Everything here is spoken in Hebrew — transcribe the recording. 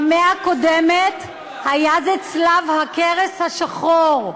במאה הקודמת היה זה צלב הקרס השחור,